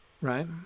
right